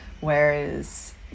whereas